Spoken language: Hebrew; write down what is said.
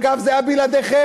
אגב, זה היה בלעדיכם.